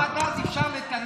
לא, עד אז אפשר לטנף?